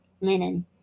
linen